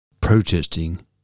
protesting